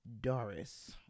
Doris